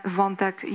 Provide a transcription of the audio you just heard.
wątek